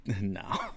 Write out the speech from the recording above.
No